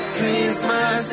Christmas